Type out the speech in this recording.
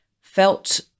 felt